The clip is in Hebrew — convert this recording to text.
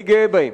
אני גאה בהם.